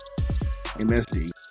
MSD